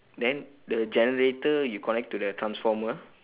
then the generator you connect to the transformer